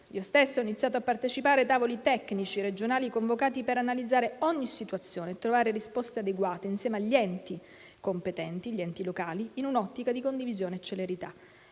Io stessa ho iniziato a partecipare ai tavoli tecnici regionali convocati per analizzare ogni situazione e trovare risposte adeguate insieme agli enti competenti - gli enti locali - in un'ottica di condivisione e celerità.